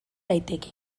daiteke